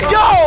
go